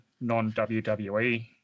non-WWE